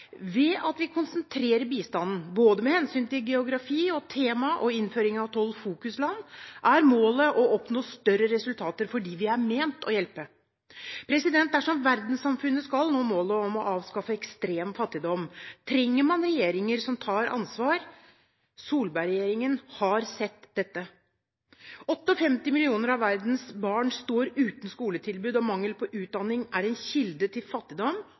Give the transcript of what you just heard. Ved at vi konsentrerer bistanden med hensyn til både geografi, tema og innføringen av tolv fokusland, er målet å oppnå større resultater for dem vi har ment å hjelpe. Dersom verdenssamfunnet skal nå målet om å avskaffe ekstrem fattigdom, trenger man regjeringer som tar ansvar. Solberg-regjeringen har sett dette. 58 millioner av verdens barn står uten skoletilbud, og mangel på utdanning er en kilde til fattigdom